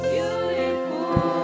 Beautiful